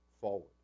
forward